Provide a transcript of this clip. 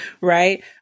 right